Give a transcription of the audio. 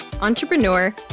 entrepreneur